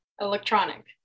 Electronic